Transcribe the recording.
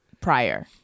prior